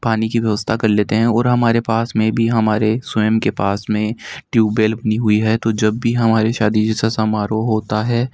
पानी की व्यवस्था कर लेते हैं और हमारे पास में भी हमारे स्वयं के पास में ट्यूबेल अपनी हुई है तो जब भी हमारी शादी जैसा समारोह होता है